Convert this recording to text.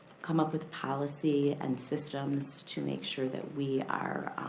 come up with a policy and systems to make sure that we are